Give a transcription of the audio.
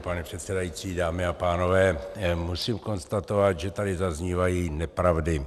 Pane předsedající, dámy a pánové, musím konstatovat, že tady zaznívají nepravdy.